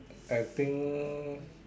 I think